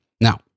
Now